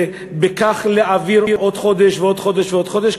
ובכך להעביר עוד חודש ועוד חודש ועוד חודש,